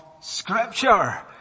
Scripture